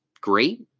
great